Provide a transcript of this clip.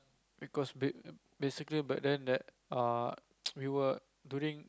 because ba~ basically but then that err we were during